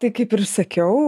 tai kaip ir sakiau